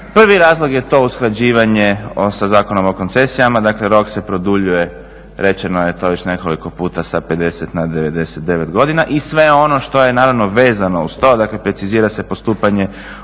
Prvi razlog je to usklađivanje sa Zakonom o koncesijama. Dakle rok se produljuje, rečeno je to već nekoliko puta sa 50 na 99 godina i sve ono što je naravno vezano uz to. Dakle, precizira se postupanje u